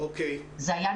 זה היה,